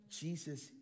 Jesus